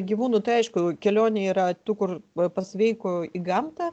gyvūnų tai aišku kelionė yra tų kur va pasveiko į gamtą